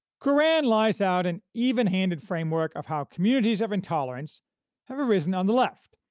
kuran lays out an even-handed framework of how communities of intolerance have arisen on the left,